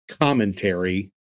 commentary